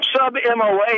sub-MOA